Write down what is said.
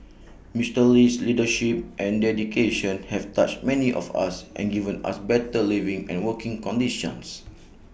Mister Lee's leadership and dedication have touched many of us and given us better living and working conditions